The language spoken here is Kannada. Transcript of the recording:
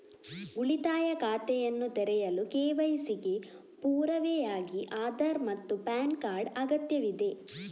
ಉಳಿತಾಯ ಖಾತೆಯನ್ನು ತೆರೆಯಲು ಕೆ.ವೈ.ಸಿ ಗೆ ಪುರಾವೆಯಾಗಿ ಆಧಾರ್ ಮತ್ತು ಪ್ಯಾನ್ ಕಾರ್ಡ್ ಅಗತ್ಯವಿದೆ